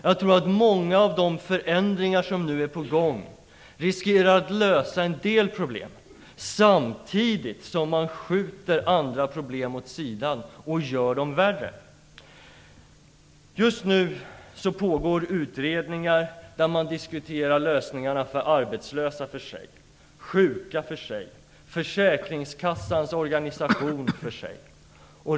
Jag tror att många av de förändringar som nu är på gång kan lösa en del problem, samtidigt som de riskerar att skjuta andra problem åt sidan och göra dem värre. Just nu pågår utredningar där man diskuterar lösningarna för arbetslösa för sig, sjuka för sig, försäkringskassans organisation för sig.